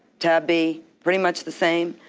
tab b, pretty much the same,